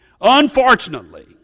Unfortunately